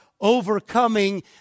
overcoming